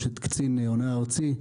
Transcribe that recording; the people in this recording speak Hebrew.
יש קצין הונאה ארצי.